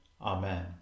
Amen